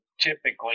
Typically